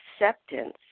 acceptance